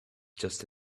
just